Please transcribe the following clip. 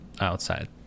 outside